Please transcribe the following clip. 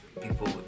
people